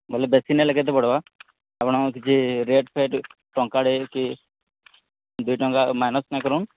ବେଲେ ବେଶୀ ନେଲେ କେତେ ପଡ଼୍ବା ଆପଣ କିଛି ରେଟ୍ ଫେଟ୍ ଟଙ୍କାଟେ କି ଦୁଇ ଟଙ୍କା ମାଇନସ ନାଇ କରନ୍